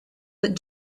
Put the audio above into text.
that